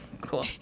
cool